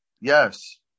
Yes